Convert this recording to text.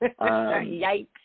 Yikes